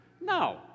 No